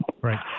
Right